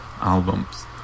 albums